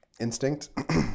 instinct